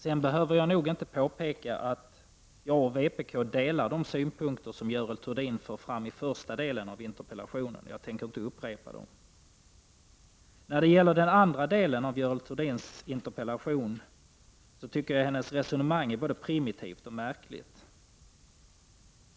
Jag behöver nog inte påpeka att jag och vpk delar de synpunkter som Görel Thurdin för fram i första delen av interpellationen. Jag tänker inte upprepa dem. Görel Thurdins resonemang i den andra delen av interpellationen tycker jag däremot är både primitivt och märkligt.